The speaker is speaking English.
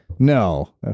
No